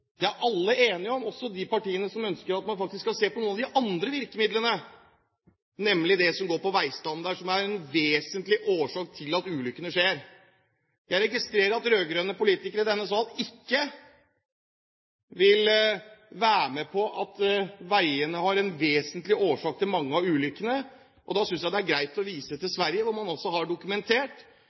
Det er alle enige om, også de partiene som ønsker at man faktisk skal se på noen av de andre virkemidlene, nemlig det som går på veistandard, som er en vesentlig årsak til at ulykkene skjer. Jeg registrerer at rød-grønne politikere i denne sal ikke vil være med på at veiene er en vesentlig årsak til mange av ulykkene. Da synes jeg det er greit å vise til Sverige, hvor man altså har dokumentert